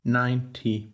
ninety